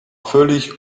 völlig